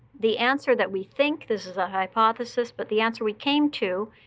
the answer that we think this is a hypothesis, but the answer we came to,